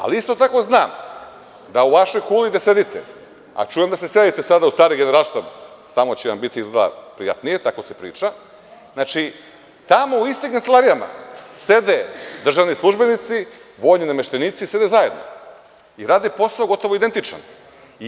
Ali, isto tako znam da u vašoj kuli gde sedite, a čujem da se selite sada u stari Generalštab, tamo će vam biti izgleda prijatnije, tako se priča, znači, tamo u istim kancelarijama sede državni službenici i vojni nameštenici zajedno i rade gotovo identičan posao.